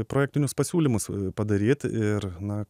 projektinius pasiūlymus padaryt ir na